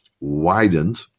widened